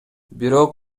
бирок